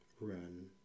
run